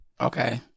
Okay